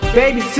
baby